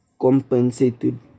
compensated